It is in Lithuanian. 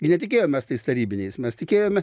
ir netikėjom mes tais tarybiniais mes tikėjome